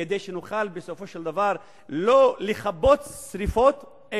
כדי שנוכל בסופו של דבר לא לכבות שרפות,